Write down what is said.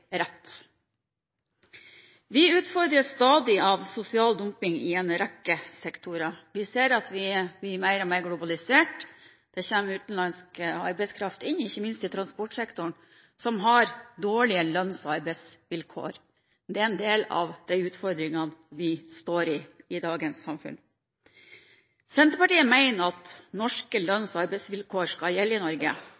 stadig av sosial dumping i en rekke sektorer. Vi ser at vi blir mer og mer globalisert. Det kommer utenlandsk arbeidskraft inn, ikke minst til transportsektoren, som har dårlige lønns- og arbeidsvilkår. Det er en del av de utfordringene vi står overfor i dagens samfunn. Senterpartiet mener at norske